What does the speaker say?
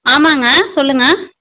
ஆமாங்க சொல்லுங்க